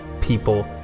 people